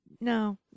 No